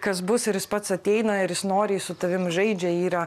kas bus ir jis pats ateina ir jis noriai su tavim žaidžia yra